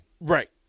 right